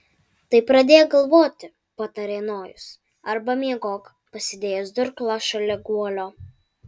tai pradėk galvoti patarė nojus arba miegok pasidėjęs durklą šalia guolio